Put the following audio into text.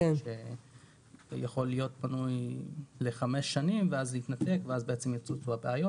הוא יכול להיות מנוי חמש שנים ואז זה מתנתק ואז יצוצו הבעיות,